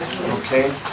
Okay